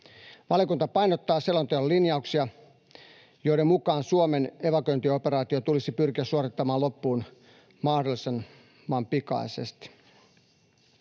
Valiokunta painottaa selonteon linjauksia, joiden mukaan Suomen evakuointioperaatio tulisi pyrkiä suorittamaan loppuun mahdollisimman pikaisesti.